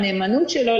הנאמנות שלו,